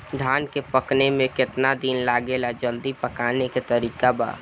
धान के पकने में केतना दिन लागेला जल्दी पकाने के तरीका बा?